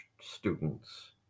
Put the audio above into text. students